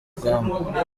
rugamba